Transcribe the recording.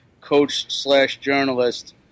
coach-slash-journalist